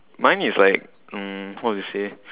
mine is like um what to say